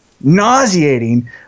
nauseating